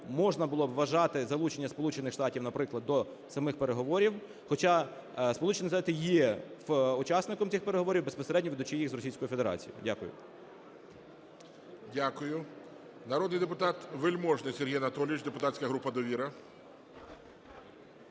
можна було б вважати залучення Сполучених Штатів, наприклад, до самих переговорів. Хоча Сполучені Штати є учасником цих переговорів, безпосередньо ведучи їх з Російською Федерацією. Дякую. ГОЛОВУЮЧИЙ. Дякую. Народний депутат Вельможний Сергій Анатолійович, депутатська група "Довіра".